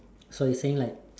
so you saying like